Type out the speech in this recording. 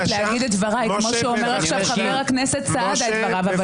אני מבקשת להגיד את דבריי כמו שאומר עכשיו חבר הכנסת סעדה את דבריו,